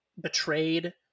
betrayed